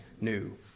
new